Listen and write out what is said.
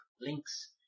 links